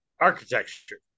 architecture